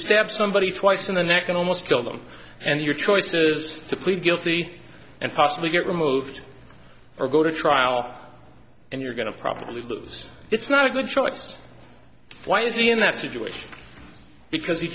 stab somebody twice in the neck and almost kill them and your choice is to plead guilty and possibly get removed or go to trial and you're going to probably lose it's not a good choice why is he in that situation because he